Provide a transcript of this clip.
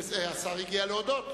השר הגיע להודות.